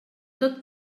tot